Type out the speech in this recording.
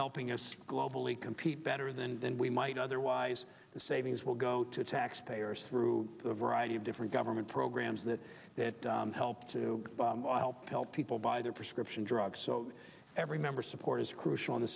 helping us globally compete better than than we might otherwise the savings will go to tax payers through a variety of different government programs that help to help help people buy their prescription drugs every member support is crucial in the